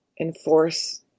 enforce